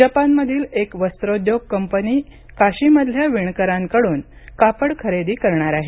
जपानमधील एक वस्त्रोद्योग कंपनी काशीमधल्या वीणकरांकडून कापड खरेदी करणार आहे